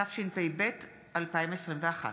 התשפ"ב 2021,